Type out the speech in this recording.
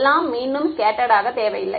எல்லாம் மீண்டும் ஸ்கெட்ட்டர்டு ஆக தேவையில்லை